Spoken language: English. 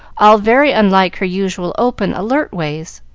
all very unlike her usual open, alert ways.